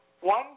One